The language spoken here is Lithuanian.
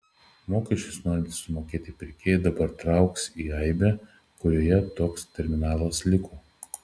mokesčius norintys sumokėti pirkėjai dabar trauks į aibę kurioje toks terminalas liko